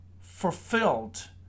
fulfilled